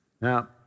Now